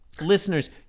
listeners